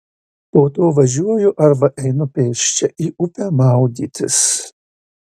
po to važiuoju arba einu pėsčia į upę maudytis